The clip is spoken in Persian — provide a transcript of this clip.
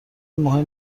مهم